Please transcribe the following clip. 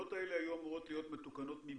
התקנות האלה היו אמורות להיות מתוקנות ממתי?